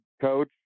coach